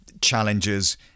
challenges